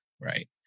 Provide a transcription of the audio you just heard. Right